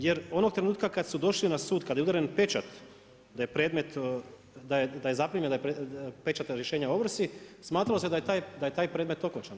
Jer onog trenutka kada su došli na sud, kada je udaren pečat da je predmet, da je zaprimljen, da je, pečat na rješenje o ovrsi smatralo se da je taj predmet okončan.